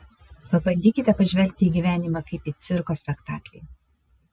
pabandykite pažvelgti į gyvenimą kaip į cirko spektaklį